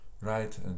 right